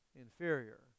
inferior